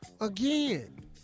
Again